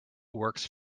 works